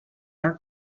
are